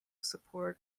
support